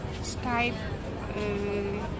Skype